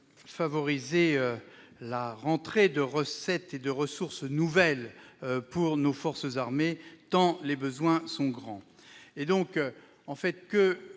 favoriser les recettes et les ressources nouvelles pour nos forces armées tant les besoins sont grands.